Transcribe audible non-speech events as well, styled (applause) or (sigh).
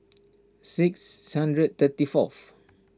six (unintelligible) thirty fourth